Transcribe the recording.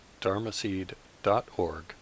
dharmaseed.org